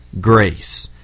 grace